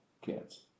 kids